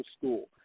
School